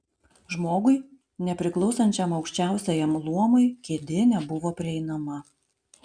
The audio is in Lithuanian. žmogui nepriklausančiam aukščiausiajam luomui kėdė nebuvo prieinama